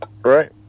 Right